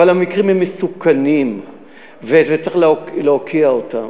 אבל המקרים הם מסוכנים וצריך להוקיע אותם.